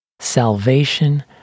salvation